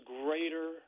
greater